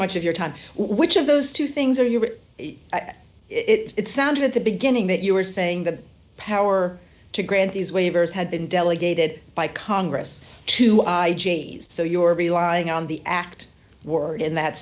much of your time which of those two things are you were at it sounded at the beginning that you were saying the power to grant these waivers had been delegated by congress to so your be lying on the act were in that